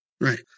Right